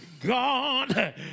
God